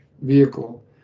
vehicle